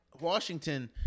Washington